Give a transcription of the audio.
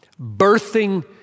birthing